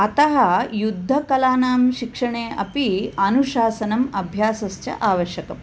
अतः युद्धकलानां शिक्षणे अपि अनुशासनम् अभ्यासश्च आवश्यकम्